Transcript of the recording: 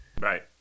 Right